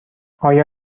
آیا